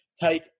take